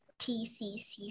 TCC